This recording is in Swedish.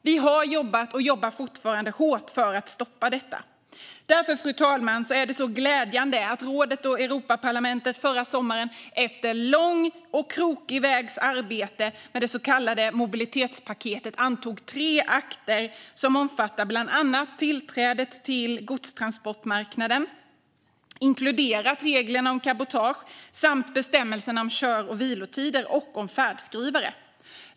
Vi har jobbat och jobbar fortfarande hårt för att stoppa detta. Därför, fru talman, är det glädjande att rådet och Europaparlamentet förra sommaren, efter en lång och krokig väg av arbete med det så kallade mobilitetspaketet, antog tre akter som omfattar bland annat tillträdet till godstransportmarknaden, inkluderat reglerna om cabotage, samt bestämmelserna om kör och vilotider och om färdskrivare.